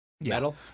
Metal